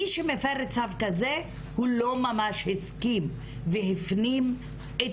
מי שמפר צו כזה הוא לא ממש הסכים והפנים את